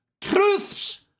truth's